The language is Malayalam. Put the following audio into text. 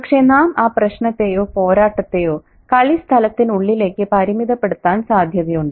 പക്ഷെ നാം ആ പ്രശ്നത്തെയോ പോരാട്ടത്തെയോ കളിസ്ഥലത്തിനുള്ളിലേക്ക് പരിമിതപ്പെടുത്താൻ സാധ്യതയുണ്ട്